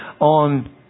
on